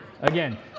again